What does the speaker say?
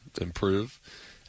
improve